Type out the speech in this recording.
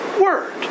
word